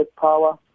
power